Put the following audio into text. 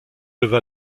leva